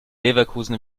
leverkusen